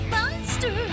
Monster